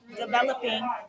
developing